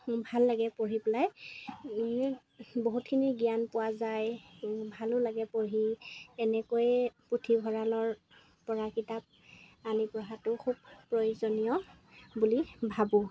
ভাল লাগে পঢ়ি পেলাই বহুতখিনি জ্ঞান পোৱা যায় ভালো লাগে পঢ়ি এনেকৈয়ে পুথিভঁৰালৰপৰা কিতাপ আনি পঢ়াটো খুব প্ৰয়োজনীয় বুলি ভাবোঁ